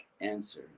answer